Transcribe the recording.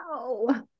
Wow